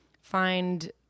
find